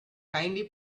kindly